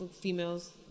females